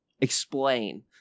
explain